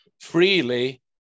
freely